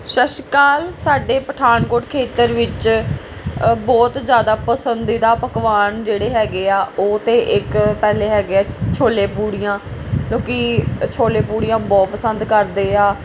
ਸਤਿ ਸ਼੍ਰੀ ਅਕਾਲ ਸਾਡੇ ਪਠਾਨਕੋਟ ਖੇਤਰ ਵਿੱਚ ਬਹੁਤ ਜ਼ਿਆਦਾ ਪਸੰਦੀਦਾ ਪਕਵਾਨ ਜਿਹੜੇ ਹੈਗੇ ਆ ਉਹ ਤਾਂ ਇੱਕ ਪਹਿਲਾਂ ਹੈਗੇ ਆ ਛੋਲੇ ਪੂਰੀਆਂ ਲੋਕ ਛੋਲੇ ਪੂਰੀਆਂ ਬਹੁਤ ਪਸੰਦ ਕਰਦੇ ਆ